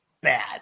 bad